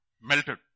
melted